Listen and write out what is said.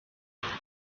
and